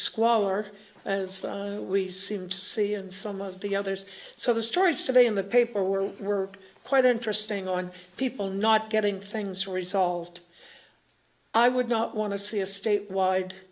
squalor as we seem to see in some of the others so the stories today in the paper were were quite interesting on people not getting things resolved i would not want to see a state wide